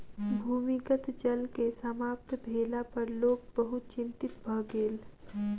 भूमिगत जल के समाप्त भेला पर लोक बहुत चिंतित भ गेल